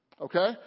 okay